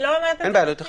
אני לא אומרת את זה בציניות.